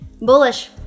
Bullish